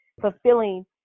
fulfilling